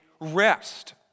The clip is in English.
rest